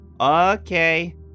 Okay